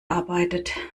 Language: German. arbeitet